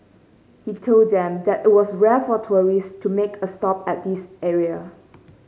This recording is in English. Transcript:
he told them that it was rare for tourist to make a stop at this area